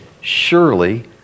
Surely